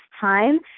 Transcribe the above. time